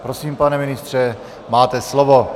Prosím, pane ministře, máte slovo.